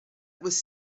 was